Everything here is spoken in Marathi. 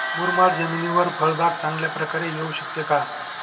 मुरमाड जमिनीवर फळबाग चांगल्या प्रकारे येऊ शकते का?